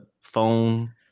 phone